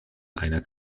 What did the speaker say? einer